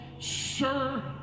Sir